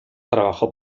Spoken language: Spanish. trabajó